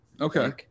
Okay